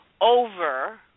over